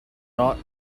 not